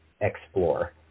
explore